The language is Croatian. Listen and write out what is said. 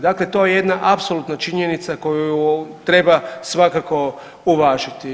Dakle, to je jedna apsolutna činjenica koju treba svakako uvažiti.